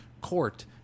court